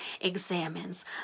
examines